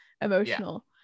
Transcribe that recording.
emotional